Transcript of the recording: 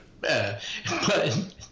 but-